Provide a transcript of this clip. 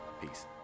Peace